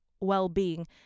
well-being